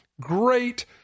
Great